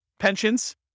Pensions